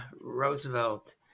Roosevelt